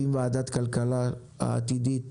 אם ועדת הכלכלה העתידית